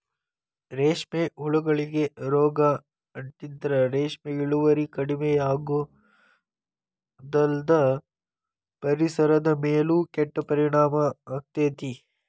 ರೇಷ್ಮೆ ಹುಳಗಳಿಗೆ ರೋಗ ಅಂಟಿದ್ರ ರೇಷ್ಮೆ ಇಳುವರಿ ಕಡಿಮಿಯಾಗೋದಲ್ದ ಪರಿಸರದ ಮೇಲೂ ಕೆಟ್ಟ ಪರಿಣಾಮ ಆಗ್ತೇತಿ